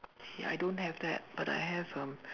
ya I don't have that but I have um